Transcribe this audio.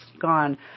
gone